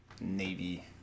Navy